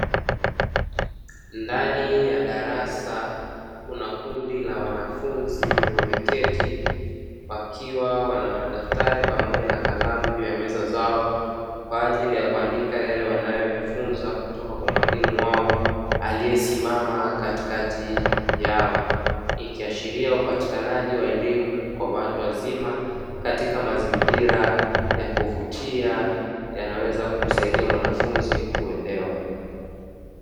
Ndani ya darasa kuna kundi la wanafunzi wameketi wakiwa wana madaftari pamoja na kalamu juu ya meza zao kwa ajili ya kuandika yale wanayo jifunza kutoka kwa mwalimu wao aliyesimama katikati yao, ikiashiria upatikaji wa elimu ya watu wazima katika mazingira ya kuvutia yanaweza kumsaidia mwanafunzi kuelewa.